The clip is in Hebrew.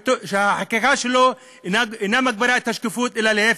שהחקיקה שלו אינה מגבירה את השקיפות אלא להפך.